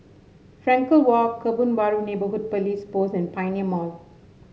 Frankel Walk Kebun Baru Neighbourhood Police Post and Pioneer Mall